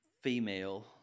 female